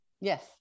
Yes